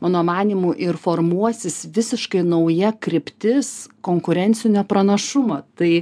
mano manymu ir formuosis visiškai nauja kryptis konkurencinio pranašumo tai